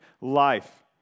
life